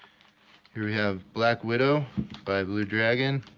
here we have black widow by blue dragon